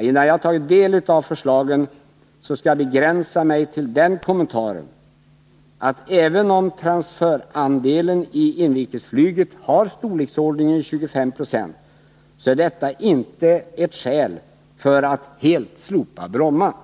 Innan jag tagit del av förslagen skall jag begränsa mig till den kommentaren att även om transferandelen i inrikesflyget har storleksordningen 25 96, så är detta inget skäl för att helt slopa Bromma.